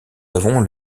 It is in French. avons